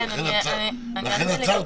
לכן עצרתי.